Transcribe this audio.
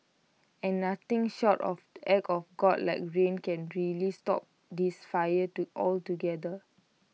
and nothing short of act of God like rain can really stop this fire to altogether